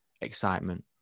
excitement